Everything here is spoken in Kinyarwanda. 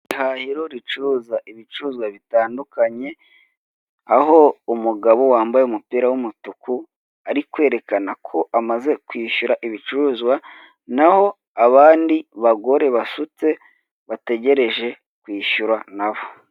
Ihahiro ricuruza ibicuruzwa bitandukanye aho umugabo wambaye umupira w'umutuku ari kerekana ko amaze kwishyura ibicuruzwa, naho abandi bagore basutse bategereje kwishyura nabo.